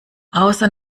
außer